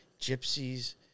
gypsies